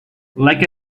like